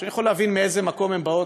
שאני יכול להבין מאיזה מקום הן באות,